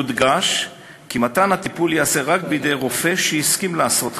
יודגש כי מתן הטיפול ייעשה רק בידי רופא שהסכים לעשות כן,